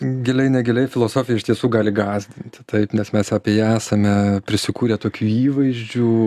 giliai negiliai filosofija iš tiesų gali gąsdinti taip nes mes apie ją esame prisikūrę tokių įvaizdžių